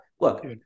Look